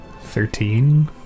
Thirteen